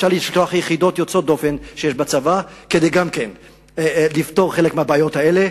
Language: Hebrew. אפשר לפתוח יחידות יוצאות דופן שיש בצבא כדי לפתור חלק מהבעיות האלה.